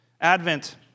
Advent